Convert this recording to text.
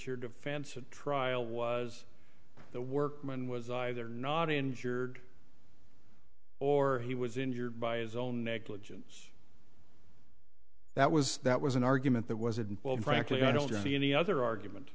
your defense at trial was the workman was either not injured or he was injured by his own negligence that was that was an argument that was involved frankly i don't see any other argument